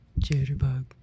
Jitterbug